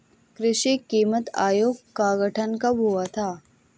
कृषि कीमत आयोग का गठन कब हुआ था?